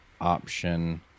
option